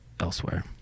elsewhere